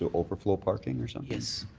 overflow parking or something? yes.